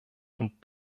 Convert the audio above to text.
und